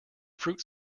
fruit